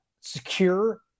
secure